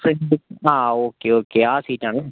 front ആ okay okay ആ seat ആണോ